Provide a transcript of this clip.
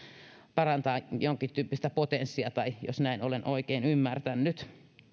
parantaa jonkintyyppistä potenssia jos olen oikein ymmärtänyt